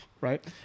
Right